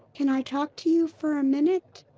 can i talk to you for a minute?